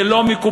זה לא מקובל,